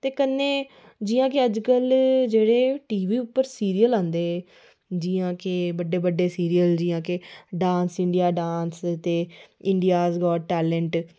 ते जेह्डे़ अजकल टीवी उप्पर सिरियल औंदे जि'यां कि बड्डे बड्डे सिरियल जि'यां dance India dance India India got talent